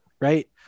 right